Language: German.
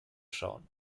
schauen